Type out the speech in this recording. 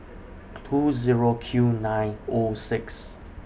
two Zero Q nine O six